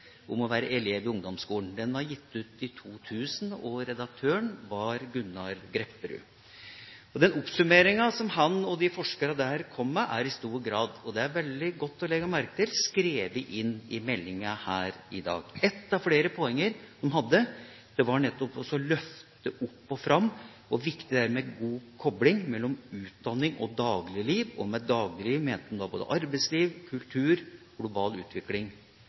om å være elev i ungdomsskolen. Den ble gitt ut i 2000 og redaktøren heter Gunnar Grepperud. Den oppsummeringa som han og forskerne der kom med, er i stor grad – og det er veldig godt å legge merke til – skrevet inn i meldinga her i dag. Ett av flere poenger de hadde, var nettopp å løfte opp og fram hvor viktig det er med god kobling mellom utdanning og dagligliv – og med dagligliv mente han både arbeidsliv, kultur, global utvikling